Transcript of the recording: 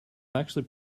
actually